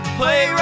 play